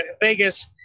Vegas